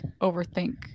overthink